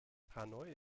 hanoi